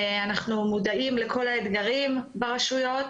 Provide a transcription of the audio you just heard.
אנחנו מודעים לכל האתגרים ברשויות.